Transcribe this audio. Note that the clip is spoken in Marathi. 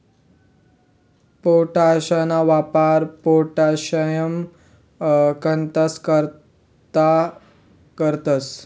पोटाशना वापर पोटाशियम खतंस करता करतंस